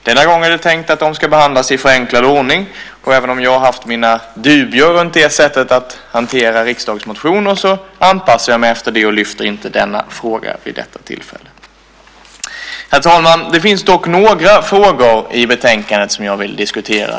Denna gång är det tänkt att motionerna ska behandlas i förenklad ordning. Och även om jag har haft mina dubier om det sättet att hantera riksdagsmotioner, anpassar jag mig efter det och lyfter inte fram denna fråga vid detta tillfälle. Herr talman! Det finns dock några frågor i betänkandet som jag vill diskutera.